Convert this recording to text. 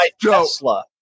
Tesla